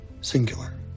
Singular